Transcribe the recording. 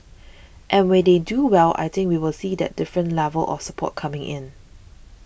and when they do well I think we will see that different level of support coming in